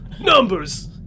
Numbers